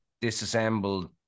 disassembled